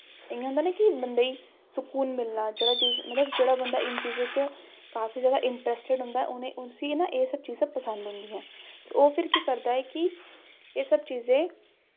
इ'यां होंदा ना कि बंदे गी सकून मिलना जेह्ड़ा चीज मतलब जेह्ड़ा बंदा इ'नें चीजें च काफी जैदा इंट्रस्टिड होंदा उ'नें उस्सी ना एह् सब चीजां पसंद औंदियां ओह् फिर केह् करदा ऐ कि एह् सब चीजें